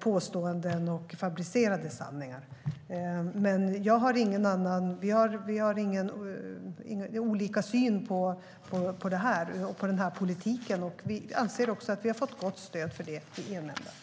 påståenden och fabricerade sanningar.